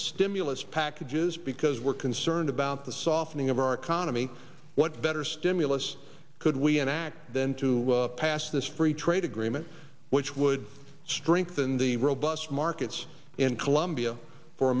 stimulus packages because we're concerned about the softening of our economy what better stimulus could we enact then to pass this free trade agreement which would strengthen the robust markets in colombia for